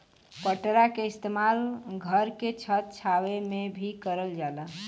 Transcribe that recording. पटरा के इस्तेमाल घर के छत छावे में भी करल जाला